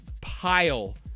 pile